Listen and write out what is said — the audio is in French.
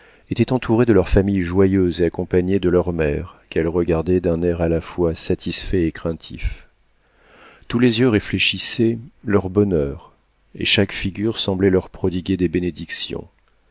étaient entourées de leurs familles joyeuses et accompagnées de leurs mères qu'elles regardaient d'un air à la fois satisfait et craintif tous les yeux réfléchissaient leur bonheur et chaque figure semblait leur prodiguer des bénédictions